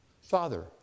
Father